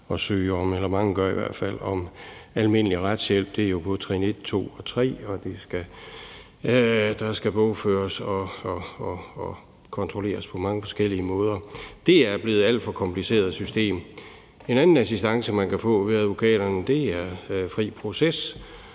mange gør i hvert fald, at søge om almindelig retshjælp. Det gælder jo både trin 1, 2 og 3, og der skal bogføres og kontrolleres på mange forskellige måder. Det er blevet alt for kompliceret et system. En anden assistance, man kan få ved advokaterne, er fri proces,